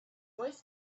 wife